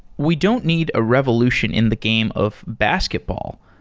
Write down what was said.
we don't need a revolution in the game of basketball,